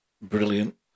brilliant